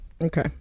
Okay